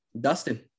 Dustin